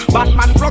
Batman